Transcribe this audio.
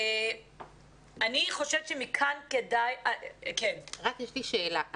יש לי שאלה.